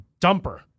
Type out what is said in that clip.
dumper